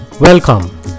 Welcome